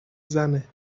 زنه